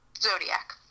Zodiac